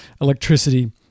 electricity